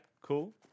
cool